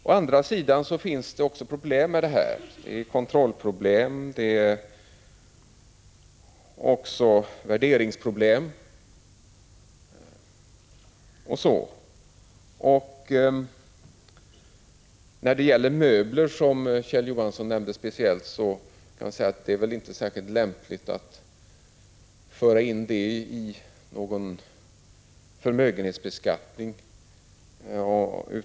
Å andra sidan finns det också problem med det: kontrollproblem, värderingsproblem, osv. När det gäller möbler, som Kjell Johansson speciellt nämnde, vill jag säga att det väl inte är särskilt lämpligt att föra in det i någon förmögenhetsbeskattning.